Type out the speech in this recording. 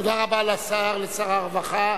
תודה רבה לשר, לשר הרווחה.